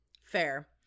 Fair